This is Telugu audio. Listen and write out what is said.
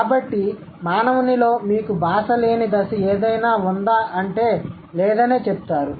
కాబట్టి మానవునిలో మీకు భాష లేని దశ ఏదైనా వుందా అంటే లేదనే చెప్తారు